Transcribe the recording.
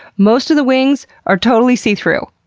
most of the wings are totally see-through.